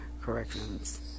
corrections